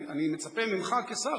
אני מצפה ממך כשר,